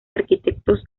arquitectos